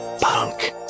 punk